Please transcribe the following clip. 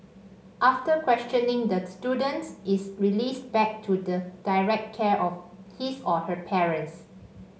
after questioning the student is released back to the direct care of his or her parents